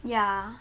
ya